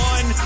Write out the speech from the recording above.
One